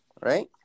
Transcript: Right